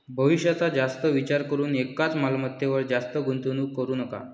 भविष्याचा जास्त विचार करून एकाच मालमत्तेवर जास्त गुंतवणूक करू नका